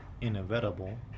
inevitable